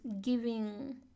giving